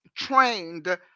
trained